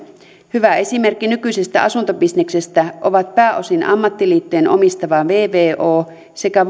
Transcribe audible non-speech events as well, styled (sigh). hyvä esimerkki nykyisestä asuntobisneksestä ovat pääosin ammattiliittojen omistama vvo sekä (unintelligible)